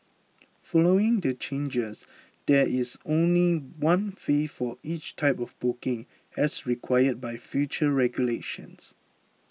following the changes there is only one fee for each type of booking as required by future regulations